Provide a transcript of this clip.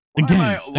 Again